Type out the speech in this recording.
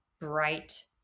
bright